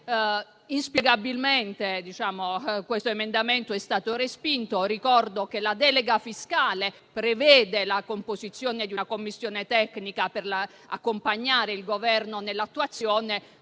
in Commissione questo emendamento è stato respinto. Ricordo che la delega fiscale prevede la composizione di una commissione tecnica per accompagnare il Governo nell'attuazione